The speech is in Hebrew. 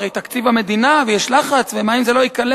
הרי תקציב המדינה, ויש לחץ, ומה אם זה לא ייכלל?